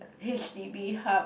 h_d_b hub